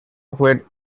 where